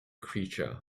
creature